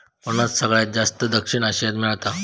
फणस सगळ्यात जास्ती दक्षिण आशियात मेळता